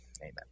Amen